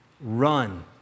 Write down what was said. Run